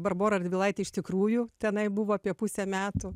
barbora radvilaitė iš tikrųjų tenai buvo apie pusę metų